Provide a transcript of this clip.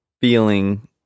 Feeling